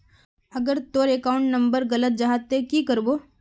अगर तोर account number गलत जाहा ते की करबो?